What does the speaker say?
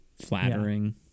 flattering